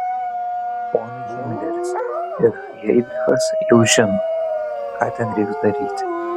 ponai himleris ir heidrichas jau žino ką ten reiks daryti